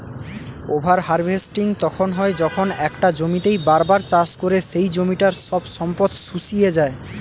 over harvesting তখন হয় যখন একটা জমিতেই বার বার চাষ করে সেই জমিটার সব সম্পদ শুষিয়ে যায়